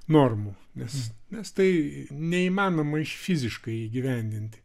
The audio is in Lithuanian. normų nes nes tai neįmanoma fiziškai įgyvendinti